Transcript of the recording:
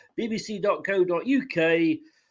bbc.co.uk